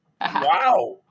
Wow